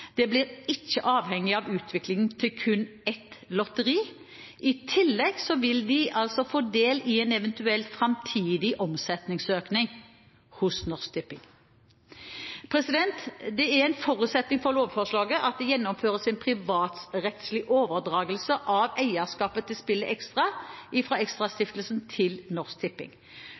De blir ikke avhengige av utviklingen til kun ett lotteri. I tillegg vil de få del i en eventuell framtidig omsetningsøkning hos Norsk Tipping. Det er en forutsetning for lovforslaget at det gjennomføres en privatrettslig overdragelse av eierskapet til